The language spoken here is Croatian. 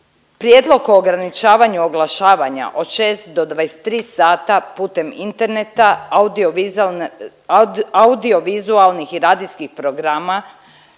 Prijedlog o ograničavanju oglašavanja od 6 do 23 sata putem interneta, audiovizualne, audiovizualnih i radijskih programa